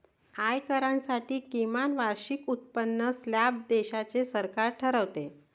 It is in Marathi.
आयकरासाठी किमान वार्षिक उत्पन्न स्लॅब देशाचे सरकार ठरवते